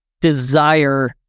desire